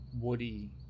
woody